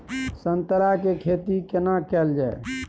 संतरा के खेती केना कैल जाय?